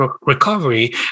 recovery